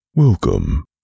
Welcome